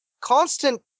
constant